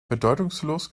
bedeutungslos